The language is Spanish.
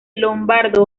lombardo